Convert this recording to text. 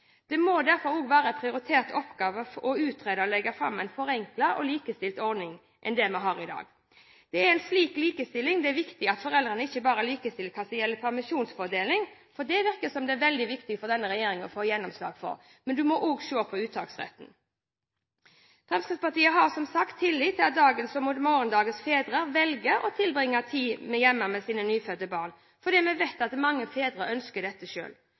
Det må derfor være en prioritert oppgave å utrede og legge fram en forenklet og mer likestilt ordning enn det vi har i dag. Det er viktig at foreldrene ikke bare er likestilte når det gjelder permisjonsfordeling. Det virker det som det er veldig viktig for denne regjeringen å få gjennomslag for. Men man må også se på uttaksretten. Fremskrittspartiet har som sagt tillit til at dagens og morgendagens fedre velger å tilbringe tid hjemme med sine nyfødte barn, for vi vet at mange fedre ønsker dette